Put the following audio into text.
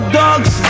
dogs